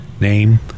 name